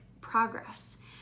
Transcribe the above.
progress